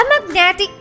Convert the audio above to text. magnetic